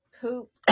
poop